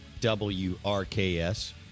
WRKS